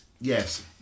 yes